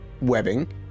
webbing